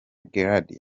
guelda